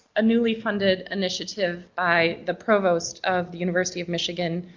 a newly funded initiative by the provost of the university of michigan,